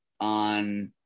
on